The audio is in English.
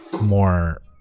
more